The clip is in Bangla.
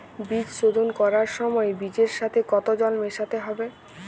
বীজ শোধন করার সময় জল বীজের সাথে কতো জল মেশাতে হবে?